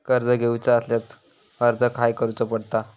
कर्ज घेऊचा असल्यास अर्ज खाय करूचो पडता?